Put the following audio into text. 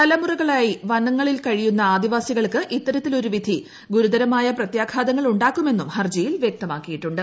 തലമുറകളായി വനങ്ങളിൽ കഴിയുന്ന ആദിവാസികൾക്ക് ഇത്തരത്തിലൊരു വിധി ഗുരുതരമായ പ്രത്യാഘാതങ്ങൾ ഉണ്ടാക്കുമെന്നും ഹർജിയിൽ വ്യക്തമാക്കിയിട്ടുണ്ട്